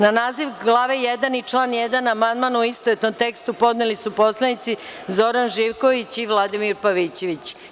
Na naziv glave 1. i član 1. amandman u istovetnom tekstu podneli su poslanici Zoran Živković i Vladimir Pavićević.